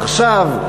עכשיו,